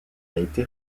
été